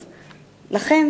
לכן,